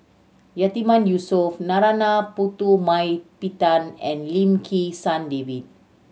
Yatiman Yusof Narana Putumaippittan and Lim Kim San David